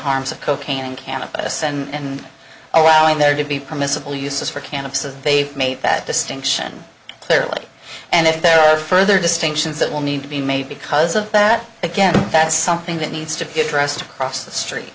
harms of cocaine and cannabis and allowing there to be permissible uses for cannabis of they've made that distinction clearly and if there are further distinctions that will need to be made because of that again that's something that needs to get dressed across the street